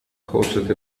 hosted